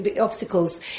obstacles